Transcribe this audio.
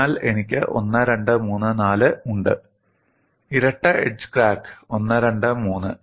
അതിനാൽ എനിക്ക് 1 2 3 4 ഉണ്ട് ഇരട്ട എഡ്ജ് ക്രാക്ക് 1 2 3